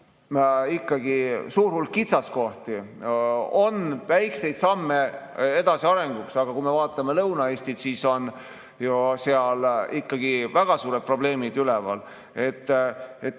ikkagi suur hulk kitsaskohti, seal on väikseid samme edasiarenguks, aga kui me vaatame Lõuna-Eestit, siis seal on ju väga suured probleemid üleval.